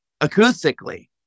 acoustically